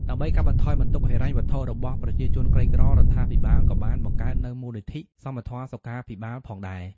ដើម្បីកាត់បន្ថយបន្ទុកហិរញ្ញវត្ថុរបស់ប្រជាជនក្រីក្រ រដ្ឋាភិបាលក៏បានបង្កើតនូវ មូលនិធិសមធម៌សុខាភិបាលផងដែរ។